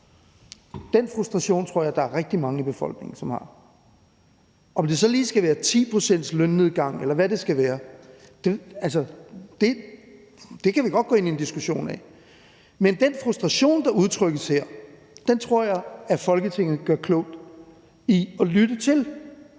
Den frustration tror jeg der er rigtig mange i befolkningen som har. Om det så lige skal være 10 pct.s lønnedgang, eller hvad det skal være, kan vi godt gå ind i en diskussion af, men den frustration, der udtrykkes her, tror jeg at Folketinget gør klogt i at lytte til,